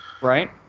Right